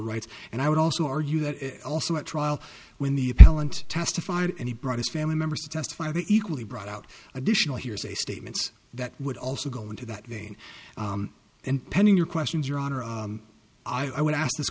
rights and i would also argue that also at trial when the appellant testified and he brought his family members to testify they equally brought out additional hearsay statements that would also go into that vein and pending your questions your honor i would ask this